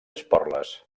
esporles